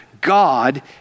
God